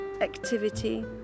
activity